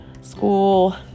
school